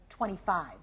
25